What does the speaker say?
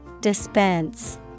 Dispense